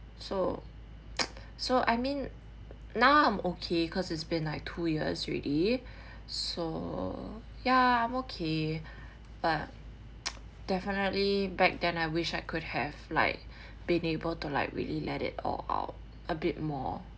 so so I mean now I'm okay cause it's been like two years already so ya I'm okay but definitely back then I wish I could have like being able to like really let it all out a bit more